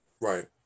Right